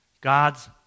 God's